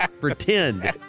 pretend